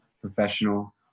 professional